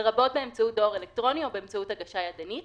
לרבות באמצעות דואר אלקטרוני או באמצעות הגשה ידנית,